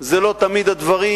זה לא תמיד הדברים